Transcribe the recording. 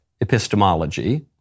epistemology